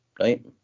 right